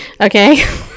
Okay